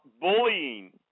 bullying